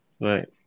Right